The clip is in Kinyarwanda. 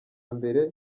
mbere